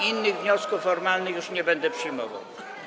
Innych wniosków formalnych już nie będę przyjmował.